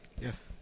Yes